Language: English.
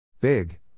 Big